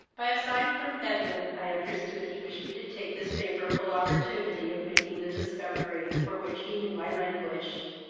by a sign from edwin i understood he wished me to take this favourable opportunity of making the discovery, for which he knew i languished.